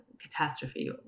catastrophe